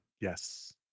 Yes